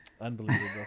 Unbelievable